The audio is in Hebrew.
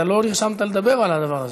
אתה לא נרשמת לדבר על הדבר הזה.